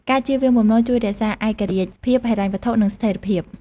ការជៀសវាងបំណុលជួយរក្សាឯករាជ្យភាពហិរញ្ញវត្ថុ និងស្ថេរភាព។